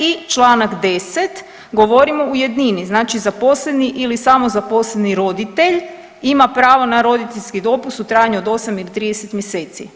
I čl. 10. govorimo u jednini, znači zaposleni ili samozaposleni roditelj ima pravo na roditeljski dopust u trajanju od 8 ili 30 mjeseci.